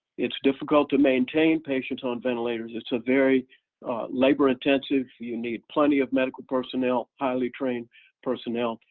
it's difficult to maintain patients on ventilators. it's a very labor intensive, you need plenty of medical personnel, highly trained personnel,